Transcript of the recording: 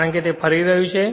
કારણ કે તે ફરી રહ્યું છે